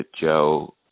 Joe